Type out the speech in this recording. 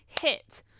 hit